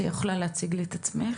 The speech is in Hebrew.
את יכולה בבקשה להציג את עצמך?